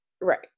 Right